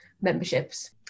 memberships